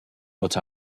but